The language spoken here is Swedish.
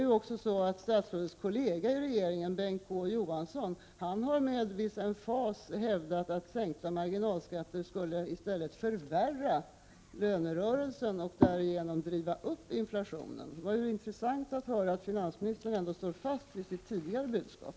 Statrådets kollega i regeringen, Bengt K Å Johansson, har med viss emfas hävdat att sänkta marginalskatter i stället skulle förvärra lönerörelsen och därigenom driva upp inflationen. Det var intressant att höra att finansministern ändå står fast vid sitt tidigare budskap.